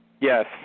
Yes